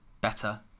better